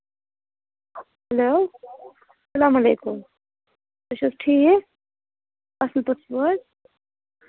hello سلام علیکُم تُہۍ چھِو حظ ٹھیٖک اَصٕل اصٕل پٲٹھۍ چھِو حظ